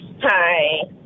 Hi